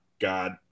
god